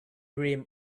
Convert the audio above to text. dream